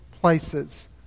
places